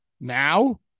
now